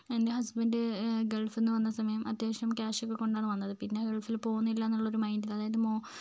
എൻ്റെ ഹസ്ബൻ്റ് ഗൾഫിൽ നിന്നു വന്ന സമയം അത്യാവശ്യം ക്യാഷൊക്കെ കൊണ്ടാണ് വന്നത് പിന്നെ ഗൾഫിൽ പോകുന്നില്ലയെന്നുള്ളൊരു മൈൻ്റിൽ അതായത് മോ